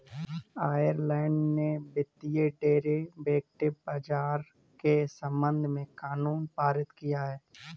Ireland ने वित्तीय derivative बाजार के संबंध में कानून पारित किया है